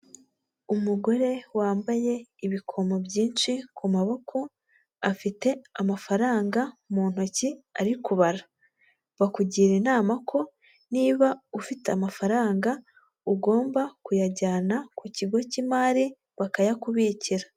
Umugore wambaye ibikomo byinshi ku maboko; afite amafaranga mu ntoki ari kubara; bakugira inama ko niba ufite amafaranga ugomba kuyajyana ku kigo cy'imari bakayakubikira.